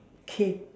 cake